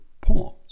poems